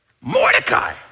Mordecai